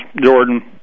Jordan